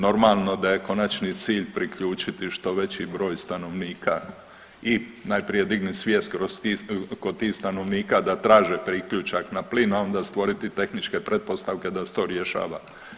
Normalno da je konačni cilj priključiti što veći broj stanovnika i najprije dignit svijest kod tih stanovnika da traže priključak na plin, onda stvoriti tehničke pretpostavke da se to rješava.